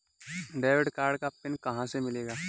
Debit card का PIN कहां से मिलेगा?